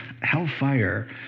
hellfire